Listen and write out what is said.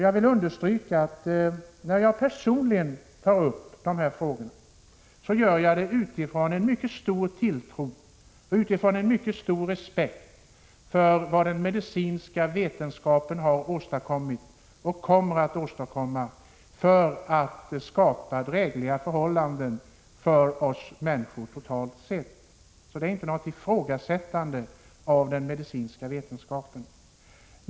Jag vill understryka, att när jag tar upp de här frågorna, gör jag det med mycket stor tilltro och med en mycket stor respekt för vad den medicinska forskningen har åstadkommit och kommer att åstadkomma för att skapa drägliga förhållanden för oss människor totalt sett. Det är inte något ifrågasättande av den medicinska vetenskapen.